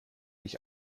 ich